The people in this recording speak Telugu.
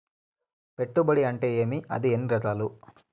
పెట్టుబడి అంటే ఏమి అది ఎన్ని రకాలు